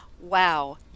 wow